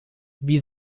wie